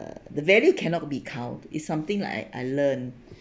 uh the value cannot be count is something like I I learn